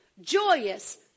joyous